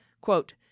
Quote